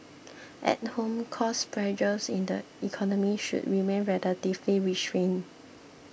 at home cost pressures in the economy should remain relatively restrained